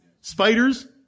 spiders